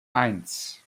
eins